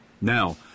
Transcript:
Now